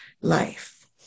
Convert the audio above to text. life